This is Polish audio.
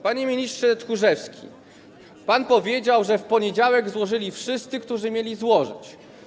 Panie ministrze Tchórzewski, pan powiedział, że w poniedziałek złożyli wszyscy, którzy mieli złożyć.